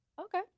Okay